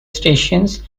stations